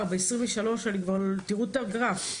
תראו את הגרף.